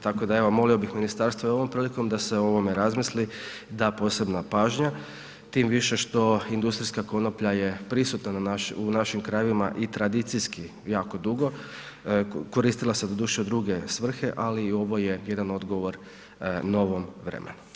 Tako da evo molimo bih ministarstvo i ovom prilikom da se o ovome razmisli, da posebna pažnja tim više što industrijska konoplja je prisutna na našim, u našim krajevima i tradicijski jako drugo, koristila se doduše u druge svrhe, ali i ovo je jedan odgovor novom vremenu.